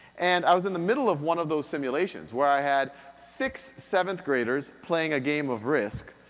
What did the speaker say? and i was in the middle of one of those simulations where i had six seventh graders playing a game of risk,